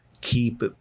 keep